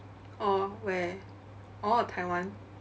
oh where oh taiwan